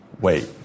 wait